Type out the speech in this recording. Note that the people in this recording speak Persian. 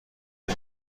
این